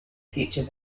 future